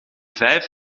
vijf